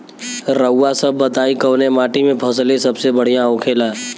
रउआ सभ बताई कवने माटी में फसले सबसे बढ़ियां होखेला?